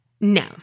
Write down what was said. No